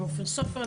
ביניהם אופיר סופר,